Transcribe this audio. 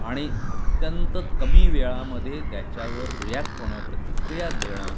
आणि अत्यंत कमी वेळामध्ये त्याच्यावर रियॅक्ट होणं प्रतिक्रिया देणं